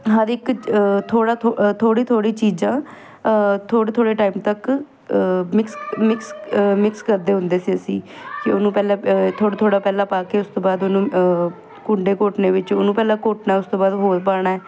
ਹਰ ਇੱਕ ਥੋੜ੍ਹਾ ਥੋੜ੍ਹੀ ਥੋੜ੍ਹੀ ਚੀਜ਼ਾਂ ਥੋੜ੍ਹੇ ਥੋੜ੍ਹੇ ਟਾਈਮ ਤੱਕ ਮਿਕਸ ਮਿਕਸ ਮਿਕਸ ਕਰਦੇ ਹੁੰਦੇ ਸੀ ਅਸੀਂ ਕਿ ਉਹਨੂੰ ਪਹਿਲਾਂ ਥੋੜ੍ਹਾ ਥੋੜ੍ਹਾ ਪਹਿਲਾਂ ਪਾ ਕੇ ਉਸਤੋਂ ਬਾਅਦ ਉਹਨੂੰ ਕੂੰਡੇ ਘੋਟਣੇ ਵਿੱਚ ਉਹਨੂੰ ਪਹਿਲਾਂ ਕੁੱਟਣਾ ਉਸ ਤੋਂ ਬਾਅਦ ਹੋਰ ਪਾਉਣਾ ਹੈ